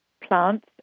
plants